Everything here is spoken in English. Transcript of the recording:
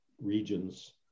regions